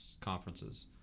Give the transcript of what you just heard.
conferences